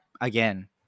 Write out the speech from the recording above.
again